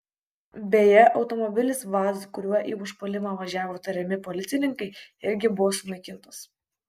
beje automobilis vaz kuriuo į užpuolimą važiavo tariami policininkai irgi buvo sunaikintas